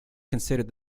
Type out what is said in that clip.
considered